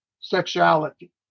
sexuality